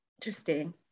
Interesting